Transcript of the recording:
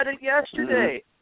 yesterday